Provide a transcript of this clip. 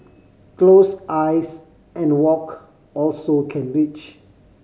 close eyes and walk also can reach